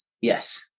Yes